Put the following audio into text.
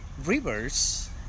rivers